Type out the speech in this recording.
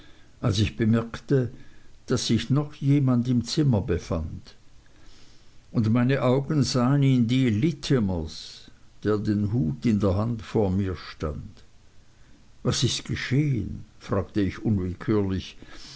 als ich bemerkte daß sich noch jemand im zimmer befand und meine augen sahen in die littimers der den hut in der hand vor mir stand was ist geschehen fragte ich unwillkürlich